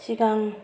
सिगां